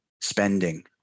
spending